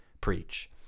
preach